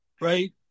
right